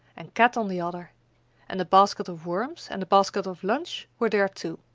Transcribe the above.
and kat on the other and the basket of worms and the basket of lunch were there, too.